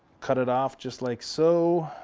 cut it off just like so.